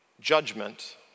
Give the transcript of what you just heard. judgment